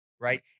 right